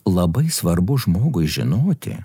labai svarbu žmogui žinoti